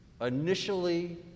Initially